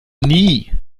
nie